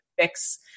fix